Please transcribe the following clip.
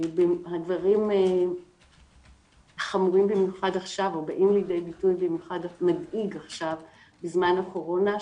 הדברים חמורים במיוחד עכשיו או באים לידי ביטוי במיוחד בזמן הקורונה,